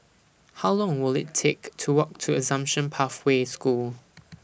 How Long Will IT Take to Walk to Assumption Pathway School